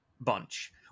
Bunch